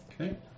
Okay